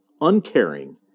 uncaring